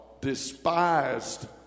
despised